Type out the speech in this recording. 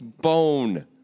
bone